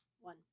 One